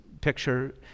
picture